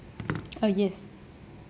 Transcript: uh yes